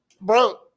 Bro